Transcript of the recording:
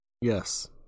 yes